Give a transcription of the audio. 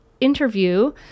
interview